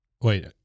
Wait